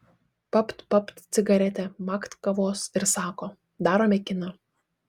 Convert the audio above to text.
papt papt cigaretę makt kavos ir sako darome kiną